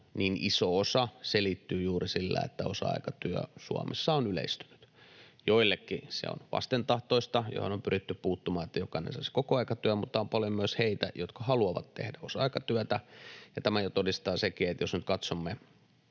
että iso osa selittyy juuri sillä, että osa-aikatyö Suomessa on yleistynyt. Joillekin se on vastentahtoista, mihin on pyritty puuttumaan, että jokainen saisi kokoaikatyön, mutta on paljon myös heitä, jotka haluavat tehdä osa-aikatyötä, ja tämän jo todistaa sekin, että jos nyt katsomme